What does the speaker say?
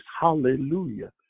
Hallelujah